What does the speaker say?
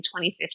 2015